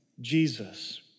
Jesus